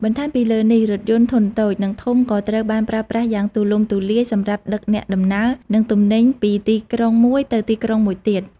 បន្ថែមពីលើនេះ រថយន្តធុនតូច និងធំ ក៏ត្រូវបានប្រើប្រាស់យ៉ាងទូលំទូលាយសម្រាប់ដឹកអ្នកដំណើរ និងទំនិញពីទីក្រុងមួយទៅទីក្រុងមួយទៀត។